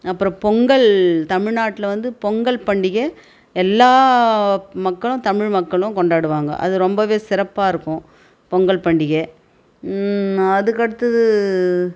அப்புறோம் பொங்கல் தமிழ்நாட்டில் வந்து பொங்கல் பண்டிகை எல்லா மக்களும் தமிழ் மக்களும் கொண்டாடுவாங்க அது ரொம்பவே சிறப்பாக இருக்கும் பொங்கல் பண்டிகை அதற்கடுத்தது